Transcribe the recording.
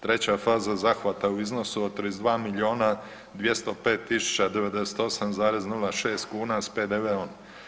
Treća faza zahvata u iznosu od 32 milijuna 205 tisuća 98,6 kuna sa PDV-om.